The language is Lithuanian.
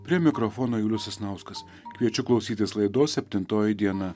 prie mikrofono julius sasnauskas kviečiu klausytis laidos septintoji diena